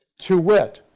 to wit,